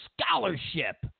scholarship